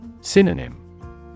Synonym